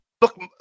Look